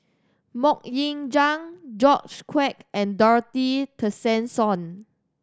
Mok Ying Jang George Quek and Dorothy Tessensohn